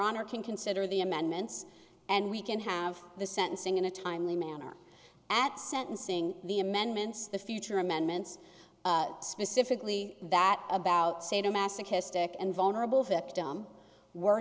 honor can consider the amendments and we can have the sentencing in a timely manner at sentencing the amendments the future amendments specifically that about sadomasochistic and vulnerable victim were